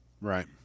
Right